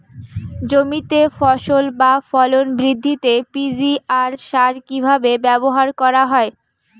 জমিতে ফসল বা ফলন বৃদ্ধিতে পি.জি.আর সার কীভাবে ব্যবহার করা হয়?